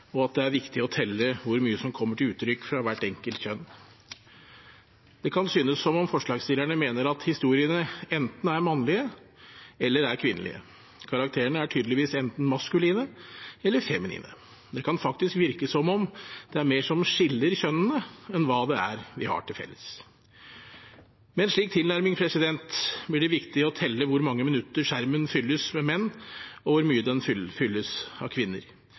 og at det er viktig å telle hvor mye som kommer til uttrykk fra hvert enkelt kjønn. Det kan synes som om forslagsstillerne mener at historiene er enten mannlige eller kvinnelige. Karakterene er tydeligvis enten maskuline eller feminine. Det kan faktisk virke som om det er mer som skiller kjønnene, enn hva det er vi har til felles. Med en slik tilnærming blir det viktig å telle hvor mange minutter skjermen fylles av menn, og hvor mye den fylles av kvinner.